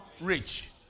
rich